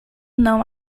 não